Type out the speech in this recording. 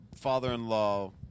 father-in-law